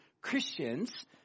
Christians